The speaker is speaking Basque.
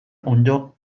onddo